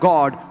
God